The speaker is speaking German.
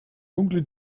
dunkle